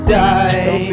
die